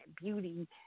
beauty